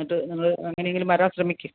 എന്നിട്ട് നിങ്ങൾ എങ്ങനെയെങ്കിലും വരാൻ ശ്രമിക്കണം